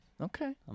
Okay